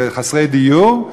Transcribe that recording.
לחסרי דיור,